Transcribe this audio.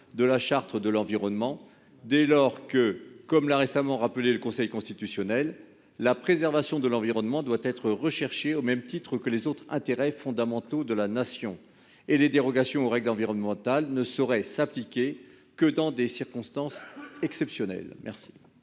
de la Charte de l'environnement, dès lors que, comme l'a récemment rappelé le Conseil constitutionnel, « la préservation de l'environnement doit être recherchée au même titre que les autres intérêts fondamentaux de la Nation ». Les dérogations aux règles environnementales ne sauraient s'appliquer que dans des circonstances exceptionnelles. Quel